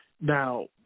now –